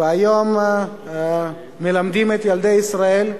והיום מלמדים את ילדי ישראל,